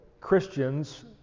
Christians